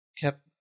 kept